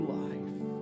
life